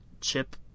chip